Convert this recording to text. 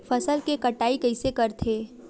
फसल के कटाई कइसे करथे?